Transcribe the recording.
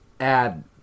add